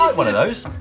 one of those.